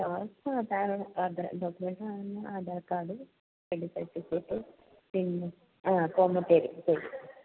ആ വേറെ അത് ഡോക്യൂമെൻസ് അങ്ങനെ ആധാർ കാർഡ് രണ്ട് സർട്ടിഫിക്കറ്റ് പിന്നെ ആ കോമൺ പേര് പേര്